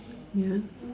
ya